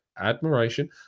admiration